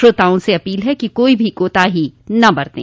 श्रोताओं से अपील है कि कोई भी कोताही न बरतें